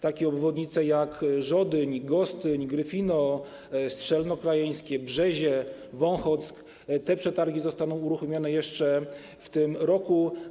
Takie obwodnice jak Żodyń, Gostyń, Gryfino, Strzelce Krajeńskie, Brzezie, Wąchock - te przetargi zostaną uruchomione jeszcze w tym roku.